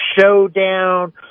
Showdown